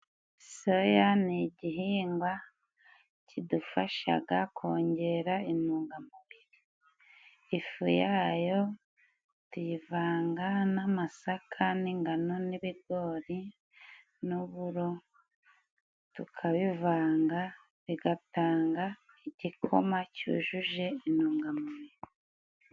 Soya ni igihingwa kidufashaga kongera intungamubiri, ifu yayo tuyivanga n'amasaka n'ingano n'ibigori n'uburo tukabivanga bigatanga igikoma cyujuje intungamubiri.